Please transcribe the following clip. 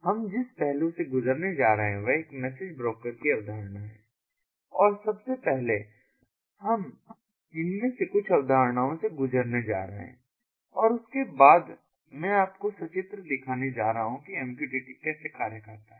हम जिस पहले से गुजरने जा रहे हैं वह एक मैसेज ब्रोकर की अवधारणा है और सबसे पहले हम इनमें से कुछ अवधारणाओं से गुजरने जा रहे हैं और उसके बाद मैं आपको सचित्र दिखाने जा रहा हूँ कि MQTT कैसे कार्य करता है